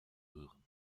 hören